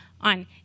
on